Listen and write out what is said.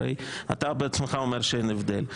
הרי אתה בעצמך אומר שאין הבדל.